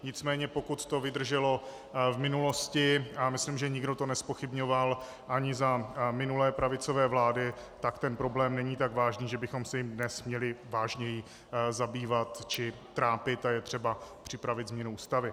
Nicméně pokud to vydrželo v minulosti, a myslím, že nikdo to nezpochybňoval ani za minulé pravicové vlády, tak ten problém není tak vážný, že bychom se jím dnes měli vážněji zabývat či trápit, a je třeba připravit změnu Ústavy.